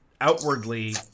outwardly